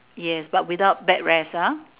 yes but without backrest ah